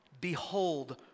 behold